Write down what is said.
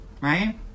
right